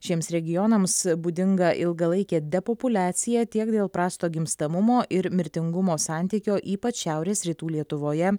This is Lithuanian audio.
šiems regionams būdinga ilgalaikė depopuliacija tiek dėl prasto gimstamumo ir mirtingumo santykio ypač šiaurės rytų lietuvoje